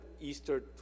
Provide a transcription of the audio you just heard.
Easter